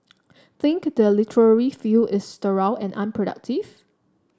think the literary field is sterile and unproductive